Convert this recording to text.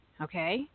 okay